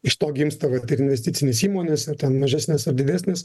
iš to gimsta vat ir investicinės įmonės ir ten mažesnės ar didesnės